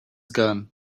gun